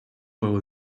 while